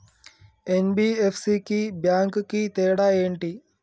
NBFC కి bank కి తేడా ఏంటి?